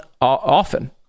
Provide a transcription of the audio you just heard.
often